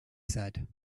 said